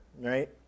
right